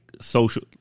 social